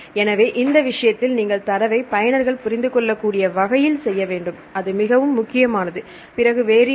எனவே இந்த விஷயத்தில் நீங்கள் தரவை பயனர்கள் புரிந்து கொள்ள கூடிய வகையில் செய்ய வேண்டும் அது மிகவும் முக்கியமானது பிறகு வேறு என்ன